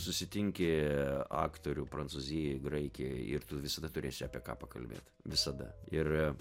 susitinki aktorių prancūzijoj graikijoj ir tu visada turėsi apie ką pakalbėt visada ir